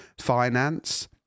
finance